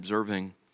observing